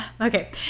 okay